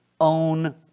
own